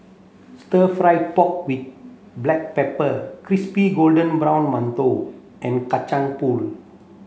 stir fried pork with black pepper crispy golden brown mantou and Kacang Pool